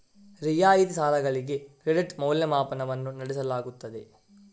ರಿಯಾಯಿತಿ ಸಾಲಗಳಿಗೆ ಕ್ರೆಡಿಟ್ ಮೌಲ್ಯಮಾಪನವನ್ನು ನಡೆಸಲಾಗುತ್ತದೆ